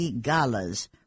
galas